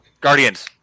Guardians